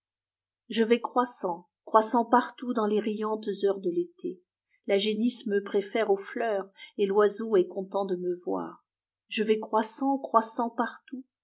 je vais croissant croissant partout dans les riantes heures de l'été la génisse me préfère aux fleurs et l'oiseau est content de me voir je vais croissant croissant partout